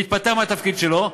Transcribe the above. להתפטר מהתפקיד שלו.